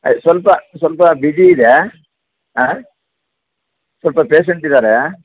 ಆಯ್ತು ಸ್ವಲ್ಪ ಸ್ವಲ್ಪ ಬ್ಯುಸಿಯಿದೆ ಹಾಂ ಸ್ವಲ್ಪ ಪೇಶಂಟ್ ಇದ್ದಾರೆ